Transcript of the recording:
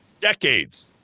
decades